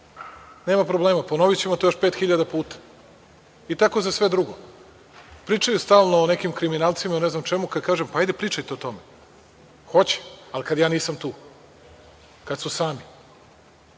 Nema problema, ponovićemo to još 5.000 puta, i tako za sve drugo. Pričaju stalno o nekim kriminalcima i ne znam čemu, kad kažem – pa ajde, pričajte o tome, hoće, ali kad ja nisam tu. Kad su sami.